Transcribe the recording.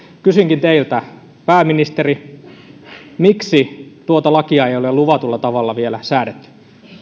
kysynkin teiltä pääministeri miksi tuota lakia ei ole luvatulla tavalla vielä säädetty